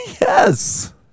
Yes